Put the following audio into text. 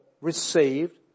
received